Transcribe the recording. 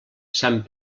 sant